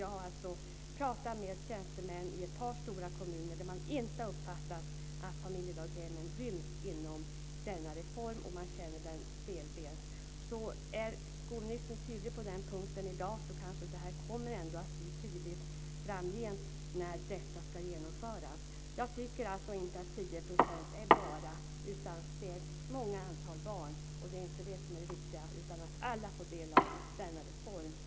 Jag har talat med tjänstemän i ett par stora kommuner, där man inte har uppfattat att familjedaghemmen ryms inom denna reform som de upplever som stelbent. Är skolministern tydlig på den punkten i dag, kanske det ändå kommer att bli tydligt när detta framgent ska genomföras. Jag tycker alltså inte att 10 % är "bara", utan det är ett stort antal barn. Det är inte antalet som är det viktiga, utan det är att alla får del av denna reform.